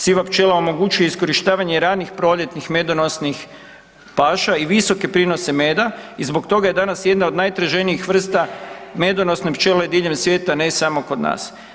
Siva pčela omogućuje iskorištavanje ranih proljetnih medonosnih paša i visoke prinose meda i zbog toga je danas jedna od najtraženijih medonosne pčele diljem svijeta, a ne samo kod nas.